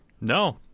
No